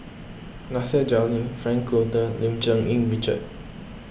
Nasir Jalil Frank Cloutier Lim Cherng Yih Richard